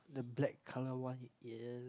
the black colour one it yeah